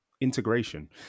integration